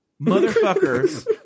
motherfuckers